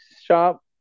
shop